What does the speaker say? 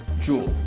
jewel,